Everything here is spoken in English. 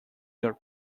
your